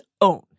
own